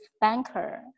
banker